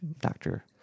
doctor